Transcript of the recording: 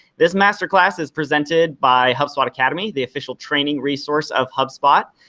this masterclass is presented by hubspot academy, the official training resource of hubspot.